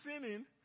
sinning